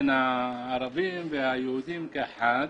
הן הערבים והן היהודים כאחד